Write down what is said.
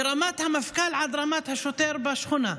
מרמת המפכ"ל עד רמת השוטר בשכונה.